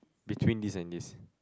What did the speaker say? between this and this